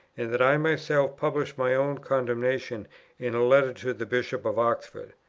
and that i myself published my own condemnation in a letter to the bishop of oxford.